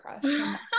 crush